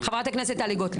חברת הכנסת טלי גוטליב.